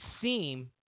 seem